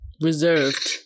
reserved